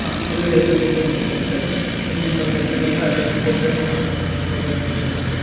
ఆ ఇరవై ఐదో తేదీ పంపించండి సార్ ఉదయం పది గంటలకల్లా ఎయిర్పోర్ట్ దగ్గర మన పర్సన్ అందుబాటులో ఉండమని చెప్పండి